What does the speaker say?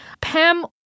Pam